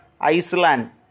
Iceland